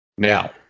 Now